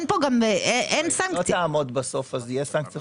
אם היא לא תעמוד בסוף אז תהיה סנקציה.